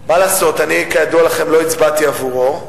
מה לעשות, אני, כידוע לכם, לא הצבעתי עבורו,